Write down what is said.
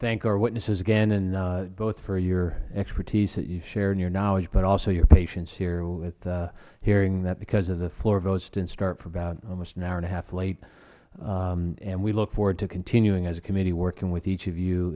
thank our witnesses again both for your expertise that you shared and your knowledge but also your patience here with hearing because the floor votes didnt start for about almost an hour and a half late and we look forward to continuing as a committee working with each of you